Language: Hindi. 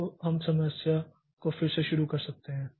तो हम समस्या को फिर से शुरू कर सकते हैं